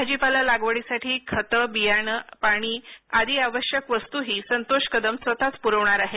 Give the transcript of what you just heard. भाजीपाला लागवडीसाठी खत बियाणं पाणी आदी आवश्यक वस्तूही संतोष कदम स्वतःच पुरविणार आहेत